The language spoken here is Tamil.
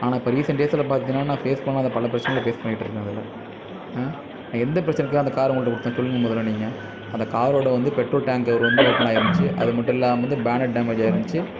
ஆனால் இப்போ ரீசன்ட் டேஸில் பாத்தீங்னா நான் ஃபேஸ் பண்ணாத பல பிரச்சனைகளை ஃபேஸ் பண்ணிட்டுருக்கேன் அதில் நான் எந்த பிரச்சனைக்காக நான் அந்த காரு உங்கள்ட்ட குடுத்தேன் சொல்லுங்கள் முதல்ல நீங்கள் அந்த காரோட வந்து பெட்ரோல் டேங்க் கவர் வந்து ஓபன் ஆகிருந்துச்சி அதுமட்டுமில்லாமல் பானட் டேமேஜ் ஆகிருந்துச்சி